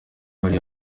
hari